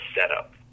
setup